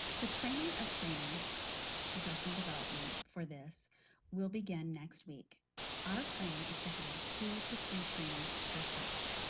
the trainer of trainers professional development for this will begin next week our plan is to have two to three trainers per site